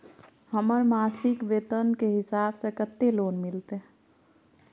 हमर मासिक वेतन के हिसाब स कत्ते लोन मिलते?